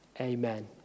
Amen